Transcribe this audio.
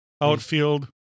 Outfield